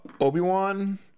Obi-Wan